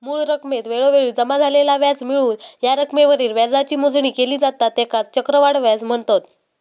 मूळ रकमेत वेळोवेळी जमा झालेला व्याज मिळवून या रकमेवरील व्याजाची मोजणी केली जाता त्येकाच चक्रवाढ व्याज म्हनतत